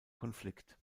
konflikt